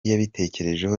yabitekerejeho